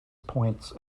points